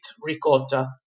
ricotta